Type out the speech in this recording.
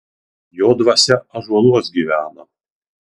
jo dvasia ąžuoluos gyvena